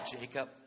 Jacob